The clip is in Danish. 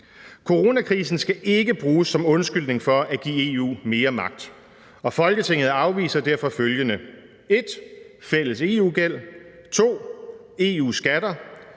»Coronakrisen skal ikke bruges som undskyldning for at give EU mere magt, og Folketinget afviser derfor følgende: 1. Fælles EU-gæld. 2. EU-skatter.